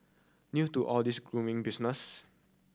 new to all this grooming business